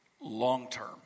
Long-term